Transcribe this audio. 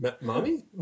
Mommy